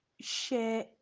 share